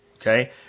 Okay